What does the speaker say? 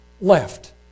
left